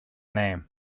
name